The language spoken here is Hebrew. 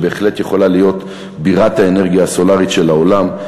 ובהחלט יכולה להיות בירת האנרגיה הסולרית של העולם.